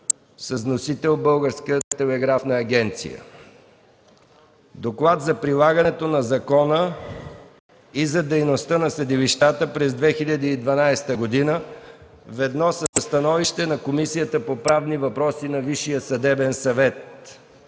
с вносител Българска телеграфна агенция. Доклад за прилагането на Закона и за дейността на съдилищата през 2012 г. ведно със становище на Комисията по правни въпроси на Висшия съдебен съвет.